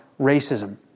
racism